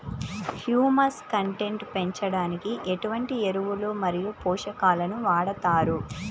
Humus content పెంచడానికి ఎటువంటి ఎరువులు మరియు పోషకాలను వాడతారు?